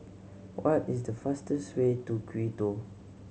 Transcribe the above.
what is the fastest way to Quito